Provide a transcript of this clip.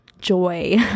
joy